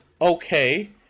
okay